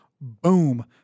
Boom